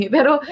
Pero